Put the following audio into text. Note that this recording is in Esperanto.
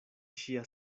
ŝia